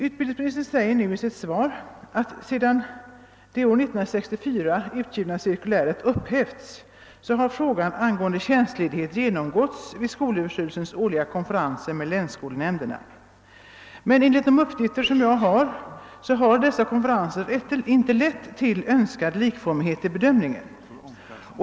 Utbildningsministern säger i sitt svar att sedan det år 1964 utgivna cirkuläret nu har upphävts har frågan angående tjänstledighet behandlats vid skolöverstyrelsens årliga konferenser med länsskolnämnderna. Enligt uppgifter som jag har fått har dessa konferenser dock inte lett till önskad likformighet i bedömningen.